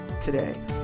today